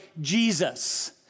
Jesus